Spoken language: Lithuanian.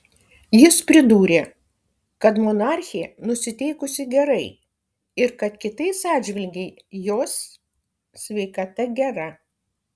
jis pridūrė kad monarchė nusiteikusi gerai ir kad kitais atžvilgiais jos sveikata gera